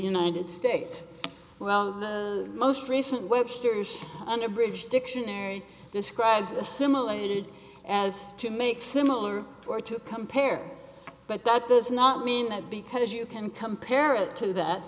united states well the most recent webster's unabridged dictionary describes the simulated as to make similar or to compare but that does not mean that because you can compare it to that